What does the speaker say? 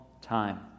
time